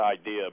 idea